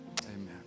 Amen